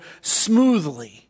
smoothly